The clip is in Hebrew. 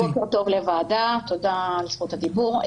בוקר טוב לוועדה, תודה על זכות הדיבור.